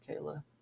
Kayla